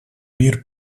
мир